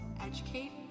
educate